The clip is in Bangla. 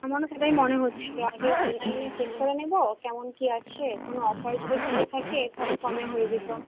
আমারও সেটাই মনে হচ্ছিলো আগে অনলাইনে চেক করে নেবো কেমন কি আছে কোনো অফার যদি থেকে থাকে তাহলে কমে হয়ে যেত